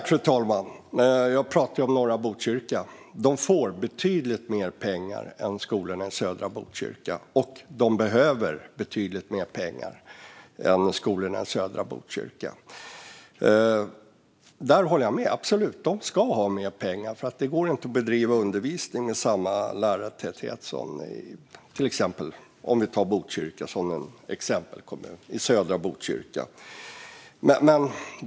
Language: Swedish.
Fru talman! Jag pratade om norra Botkyrka. Skolorna där får betydligt mer pengar än skolorna i södra Botkyrka, och de behöver betydligt mer pengar. Jag håller absolut med om att de ska ha mer pengar. Det går inte att bedriva undervisningen med samma lärartäthet som i södra Botkyrka, om vi använder Botkyrka som exempelkommun.